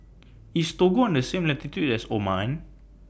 IS Togo on The same latitude as Oman